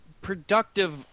productive